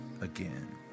again